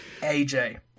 AJ